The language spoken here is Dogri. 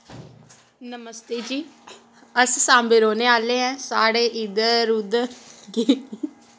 नमस्ते जी अस साम्बे रौह्ने आह्ले ऐं साढ़े इद्धर उद्धर